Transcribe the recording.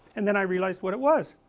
and then i realized what it was